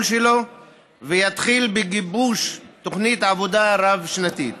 שלו ויתחיל בגיבוש תוכנית עבודה רב-שנתית.